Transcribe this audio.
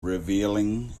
revealing